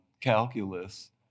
calculus